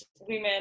women